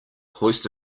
hoist